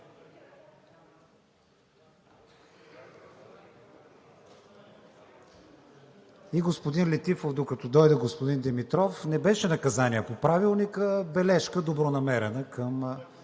Господин Летифов, докато дойде господин Димитров, не беше наказание по Правилника. Бележка, добронамерена към